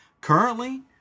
currently